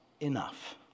enough